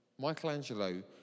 Michelangelo